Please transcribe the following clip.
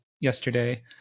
yesterday